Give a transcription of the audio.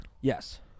Yes